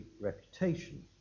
reputation